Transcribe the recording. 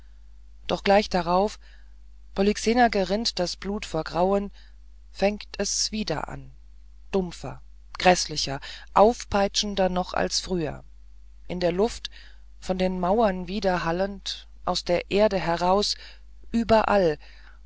doch gleich darauf polyxena gerinnt das blut vor grauen fängt es wieder an dumpfer gräßlicher aufpeitschender noch als früher in der luft von den mauern widerhallend aus der erde heraus überall